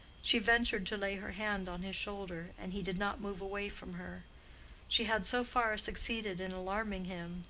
she ventured to lay her hand on his shoulder, and he did not move away from her she had so far succeeded in alarming him,